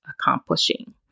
accomplishing